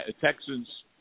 Texans